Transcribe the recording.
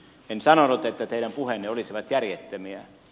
en sanonut että teidän puheenne olisivat järjettömiä